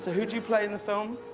who do you play in the film.